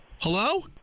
Hello